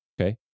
Okay